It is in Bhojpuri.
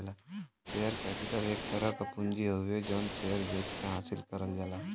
शेयर कैपिटल एक तरह क पूंजी हउवे जौन शेयर बेचके हासिल करल जाला